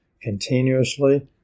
continuously